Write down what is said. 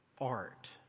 art